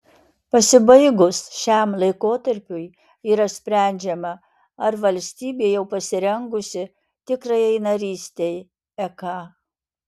pasibaigus šiam laikotarpiui yra sprendžiama ar valstybė jau pasirengusi tikrajai narystei eka